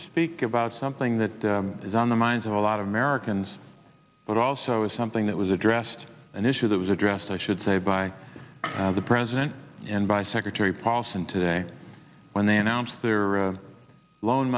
speak about something that is on the minds of a lot of americans but also is something that was addressed an issue that was addressed i should say by the president and by secretary paulson today when they announced their loan